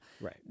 Right